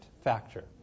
factor